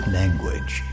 language